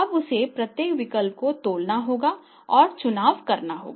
अब उसे प्रत्येक विकल्प को तौलना होगा और चुनाव करना होगा